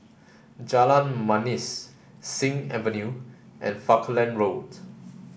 Jalan Manis Sing Avenue and Falkland Road